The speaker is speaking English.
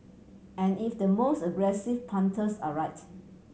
and if the most aggressive punters are right